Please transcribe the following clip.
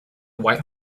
white